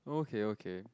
okay okay